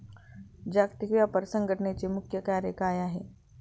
जागतिक व्यापार संघटचे मुख्य कार्य काय आहे?